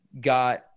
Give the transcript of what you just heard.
got